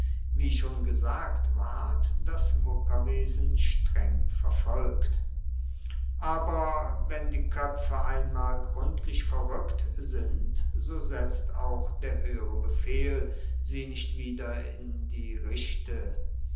wie schon gesagt ward das muckerwesen streng verfolgt aber wenn die koepfe einmal gruendlich verrueckt sind so setzt auch der hoehere befehl sie nicht wieder in die richte